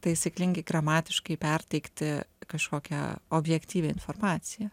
taisyklingai gramatiškai perteikti kažkokią objektyvią informaciją